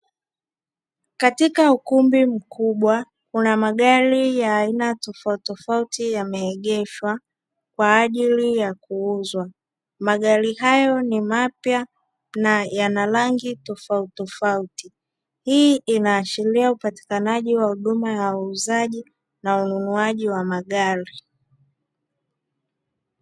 Katika ukumbi mkubwa, kuna magari ya aina tofautitofauti yameegeshwa kwa ajili ya kuuzwa; magari hayo ni mapya na yana rangi tofautitofauti. Hii inaashiria upatikanaji wa huduma ya uuzaji na ununuaji wa magari.